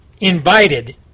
invited